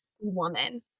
woman